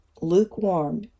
lukewarm